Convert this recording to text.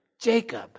Jacob